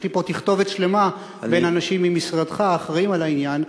יש לי כאן תכתובת שלמה בין אנשים ממשרדך האחראים לעניין.